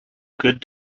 good